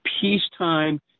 peacetime